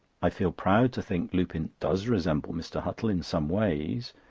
i feel proud to think lupin does resemble mr. huttle in some ways.